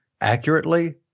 accurately